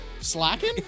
Slacking